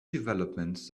developments